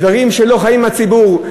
דברים שלא חיים עם הציבור,